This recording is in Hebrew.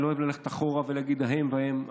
אני לא אוהב ללכת אחורה ולהגיד: ההם, ההם.